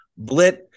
Blit